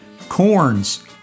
Corns